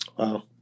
Wow